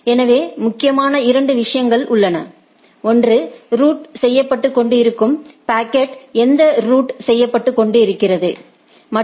எனவே முக்கியமான இரண்டு விஷயங்கள் உள்ளன ஒன்று என்ன ரூட் செய்யப்பட்டு கொண்டு இருக்கிறது ரூட் செய்யப்பட்டு கொண்டு இருக்கும் பாக்கெட்